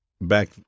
back